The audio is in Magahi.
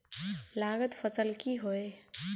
लागत फसल की होय?